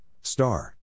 star